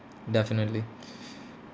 definitely